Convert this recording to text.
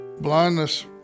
blindness